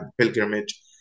pilgrimage